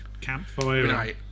campfire